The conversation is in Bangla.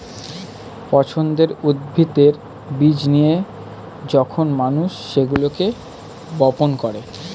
পছন্দের উদ্ভিদের বীজ নিয়ে যখন মানুষ সেগুলোকে বপন করে